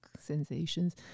sensations